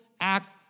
act